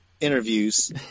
interviews